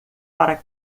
para